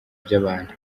by’abantu